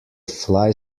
fly